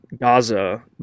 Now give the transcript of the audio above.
Gaza